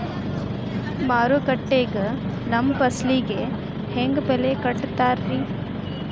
ಮಾರುಕಟ್ಟೆ ಗ ನಮ್ಮ ಫಸಲಿಗೆ ಹೆಂಗ್ ಬೆಲೆ ಕಟ್ಟುತ್ತಾರ ರಿ?